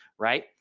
right.